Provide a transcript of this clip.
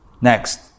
Next